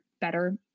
better